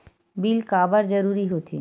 Bill काबर जरूरी होथे?